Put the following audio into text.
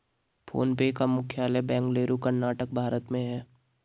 phone पे का मुख्यालय बेंगलुरु, कर्नाटक, भारत में है